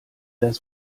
das